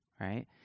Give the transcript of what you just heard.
right